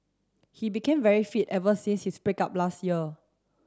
he became very fit ever since his break up last year